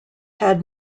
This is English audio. had